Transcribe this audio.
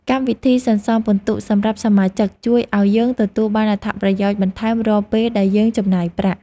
កម្មវិធីសន្សំពិន្ទុសម្រាប់សមាជិកជួយឱ្យយើងទទួលបានអត្ថប្រយោជន៍បន្ថែមរាល់ពេលដែលយើងចំណាយប្រាក់។